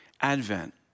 Advent